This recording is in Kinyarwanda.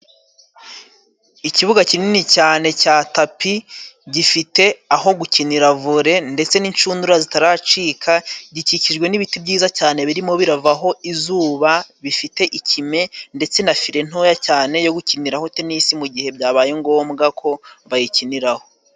Ikibuga kinini cyane cya tapi, gifite aho gukinira vole ndetse n'inshundura zitaracika, gikikijwe n'ibiti byiza cyane birimo biravaho izuba, bifite ikime ndetse na fire ntoya cyane yo gukiniraho tenisi, mu gihe byabaye ngombwa ko bayikiniraho.